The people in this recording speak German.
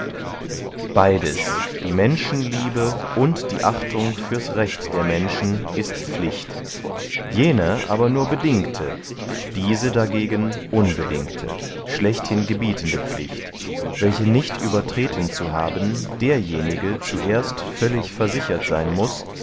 beydes die menschenliebe und die achtung fürs recht der menschen ist pflicht jene aber nur bedingte diese dagegen unbedingte schlechthin gebietende pflicht welche nicht übertreten zu haben derjenige zuerst völlig versichert seyn muß